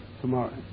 tomorrow